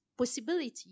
possibility